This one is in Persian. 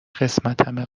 قسمتمه